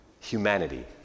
humanity